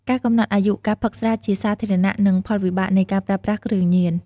ការកំណត់អាយុ ការផឹកស្រាជាសាធារណៈ និងផលវិបាកនៃការប្រើប្រាស់គ្រឿងញៀន។